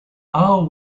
are